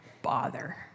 bother